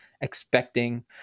expecting